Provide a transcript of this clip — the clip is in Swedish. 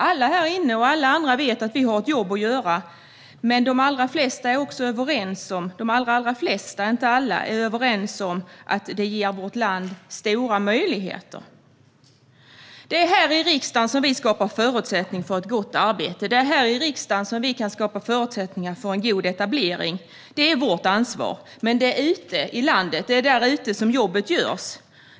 Alla här inne och alla andra vet att vi har ett jobb att göra. Men de allra flesta, men inte alla, är överens om att det ger vårt land stora möjligheter. Det är här i riksdagen som vi skapar förutsättningar för ett gott arbete. Det är här i riksdagen som vi kan skapa förutsättningar för en god etablering. Det är vårt ansvar, men det är ute i landet som jobbet görs.